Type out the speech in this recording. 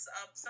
up